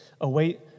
await